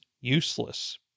useless